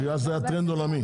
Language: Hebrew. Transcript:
כי זה היה טרנד עולמי.